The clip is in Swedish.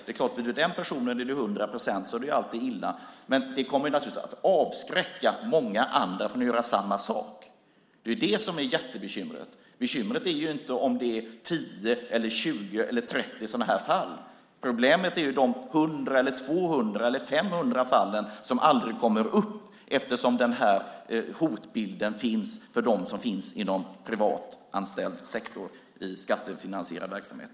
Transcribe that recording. Det är klart att det är illa för den personen, men det kommer naturligtvis att avskräcka många andra från att göra samma sak. Det är det som är det stora bekymret. Bekymret är inte om det är 10, 20 eller 30 sådana fall. Problemet är de 100, 200 eller 500 fall som aldrig kommer upp eftersom denna hotbild finns för dem som är anställda inom privat sektor i skattefinansierad verksamhet.